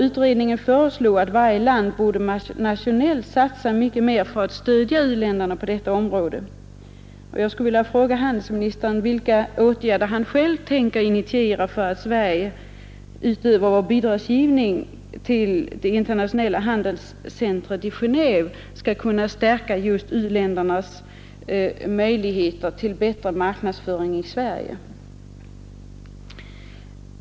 Utredningen föreslog att varje land nationellt skulle satsa mycket mer för att stödja u-länderna på detta område. Jag skulle vilja fråga handelsministern vilka åtgärder han själv tänker initiera för att Sverige — utöver vår bidragsgivning till det internationella handelscentret i Geneve — skall kunna ge u-länderna möjligheter till bättre marknadsföring i Sverige.